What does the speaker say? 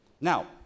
Now